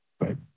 Right